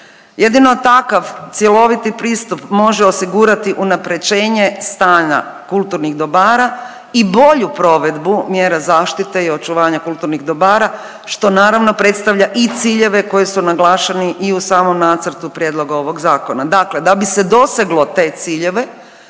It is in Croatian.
Jedino takav cjeloviti pristup može osigurati unapređenje stanja kulturnih dobara i bolju provedbu mjera zaštite i očuvanja kulturnih dobara što naravno predstavlja i ciljeve koji su naglašeni i u samom nacrtu prijedloga ovog zakona. Dakle da bi se doseglo te ciljeve